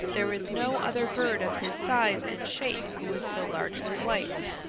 there is no other bird of his size and shape who is so largely white.